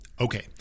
Okay